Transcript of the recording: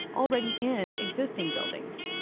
already in existing buildings.